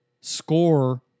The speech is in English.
score